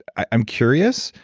i'm curious,